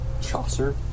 Chaucer